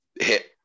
hit